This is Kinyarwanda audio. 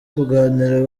kuganira